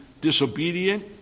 disobedient